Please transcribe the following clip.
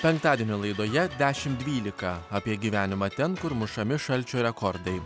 penktadienio laidoje dešimt dvylika apie gyvenimą ten kur mušami šalčio rekordai